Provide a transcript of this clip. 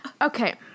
Okay